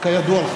כידוע לך.